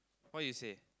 what you say